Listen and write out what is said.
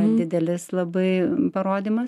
yra didelis labai parodymas